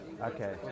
Okay